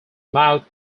mouth